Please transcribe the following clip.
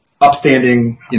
upstanding